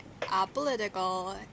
apolitical